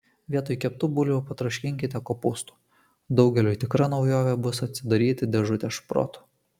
vietoj keptų bulvių patroškinkite kopūstų daugeliui tikra naujovė bus atsidaryti dėžutę šprotų